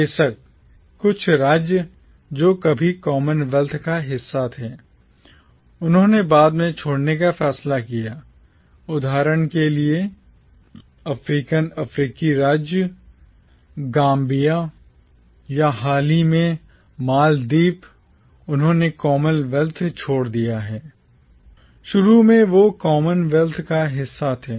बेशक कुछ राज्य जो कभी कॉमनवेल्थ का हिस्सा थे उन्होंने बाद में छोड़ने का फैसला किया उदाहरण के लिए African अफ्रीकी राज्य Gambia गाम्बिया या हाल ही में Maldives मालदीव उन्होंने कॉमनवेल्थ छोड़ दिया है शुरू में वे कॉमनवेल्थ का हिस्सा थे